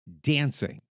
dancing